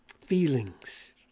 feelings